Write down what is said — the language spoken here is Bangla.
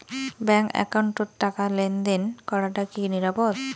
ব্যাংক একাউন্টত টাকা লেনদেন করাটা কি নিরাপদ?